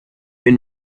been